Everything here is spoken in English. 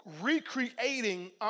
recreating